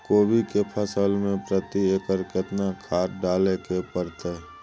कोबी के फसल मे प्रति एकर केतना खाद डालय के परतय?